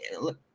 look